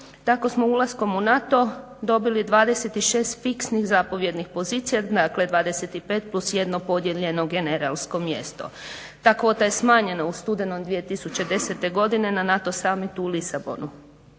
tako smo ulaskom u nato dobili i 26 fiksnih zapovjednih pozicija, dakle 25 plus 1 podijeljeno generalsko mjesto. Ta kvota je smanjena u studenom 2010.godine, na NATO savez u Lisabonu.